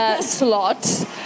slot